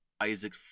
Isaac